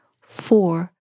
Four